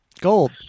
Gold